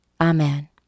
Amen